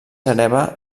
hereva